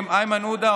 איימן עודה,